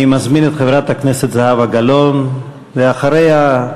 אני מזמין את חברת הכנסת זהבה גלאון, ואחריה,